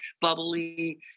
bubbly